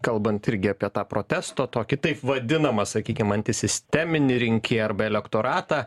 kalbant irgi apie tą protesto tokį taip vadinamą sakykim antisisteminį rinkėją arba elektoratą